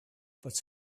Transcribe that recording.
but